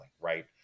right